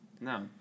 No